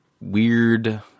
weird